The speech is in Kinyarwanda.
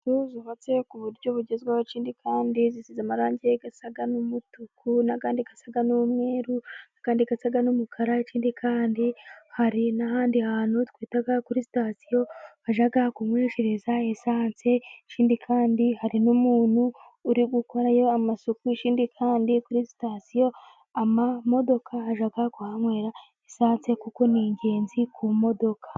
Inzu zubatse ku buryo bugezweho, ikindi kandi zisize amarangi asa n'umutuku, n'andi asa n'umweru n'andi asa n'umukara, ikindi kandi hari n'ahandi hantu twita kuri sitasiyo ,bajya kunyweshereza Esanse ikindi kandi hari n'umuntu uri gukorayo amasuku, ikindi kandi kuri sitasiyo amamodoka ajya kuhanywera Esanse ,kuko ni ingenzi ku modoka.